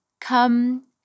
Come